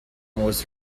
was